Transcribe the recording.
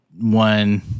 one